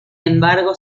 embargo